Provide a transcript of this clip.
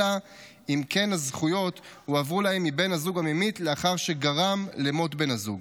אלא אם כן הזכויות הועברו להם מבן הזוג הממית לאחר שגרם למות בן הזוג.